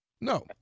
No